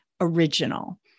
original